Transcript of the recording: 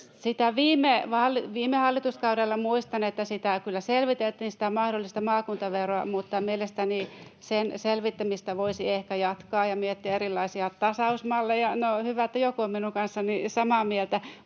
että viime hallituskaudella kyllä selviteltiin mahdollista maakuntaveroa, mutta mielestäni sen selvittämistä voisi ehkä jatkaa ja miettiä erilaisia tasausmalleja. [Atte Harjanne nostaa peukaloaan] — No, hyvä, että joku on minun kanssani samaa mieltä.